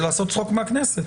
זה לעשות צחוק מהכנסת.